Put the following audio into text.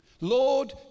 Lord